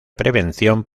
prevención